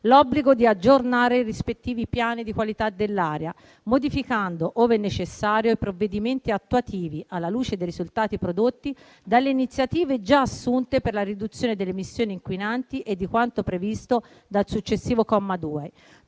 l'obbligo di aggiornare i rispettivi piani di qualità dell'aria modificando, ove necessario, i provvedimenti attuativi alla luce dei risultati prodotti dalle iniziative già assunte per la riduzione delle emissioni inquinanti e di quanto previsto dal successivo comma 2.